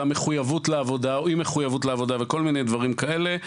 והמחוייבות לעבודה ואי מחוייבות לעבודה וכל מיני דברים כאלה.